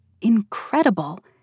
incredible